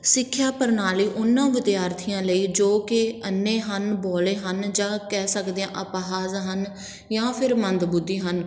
ਸਿੱਖਿਆ ਪ੍ਰਣਾਲੀ ਉਹਨਾਂ ਵਿਦਿਆਰਥੀਆਂ ਲਈ ਜੋ ਕਿ ਅੰਨ੍ਹੇ ਹਨ ਬੋਲੇ ਹਨ ਜਾਂ ਕਹਿ ਸਕਦੇ ਹਾਂ ਅਪਾਹਜ ਹਨ ਜਾਂ ਫਿਰ ਮੰਦਬੁੱਧੀ ਹਨ